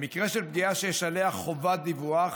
במקרה של פגיעה שיש עליה חובת דיווח